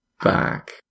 back